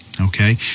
okay